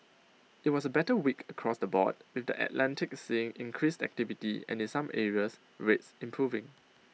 IT was A better week across the board with the Atlantic seeing increased activity and in some areas rates improving